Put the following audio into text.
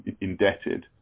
indebted